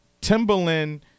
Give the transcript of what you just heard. Timberland